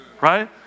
right